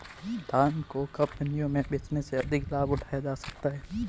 धान को कब मंडियों में बेचने से अधिक लाभ उठाया जा सकता है?